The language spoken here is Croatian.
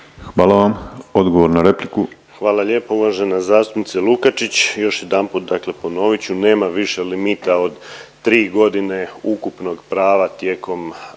Hvala vam. Odgovor na repliku. **Piletić, Marin (HDZ)** Hvala lijepo uvaženi zastupnica Lukačić. Još jedanput, dakle ponovit ću, nema više limita od 3 godine ukupnog prava tijekom